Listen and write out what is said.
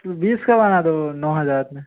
तो बीस का बना दो नौ हज़ार में